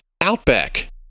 Outback